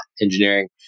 engineering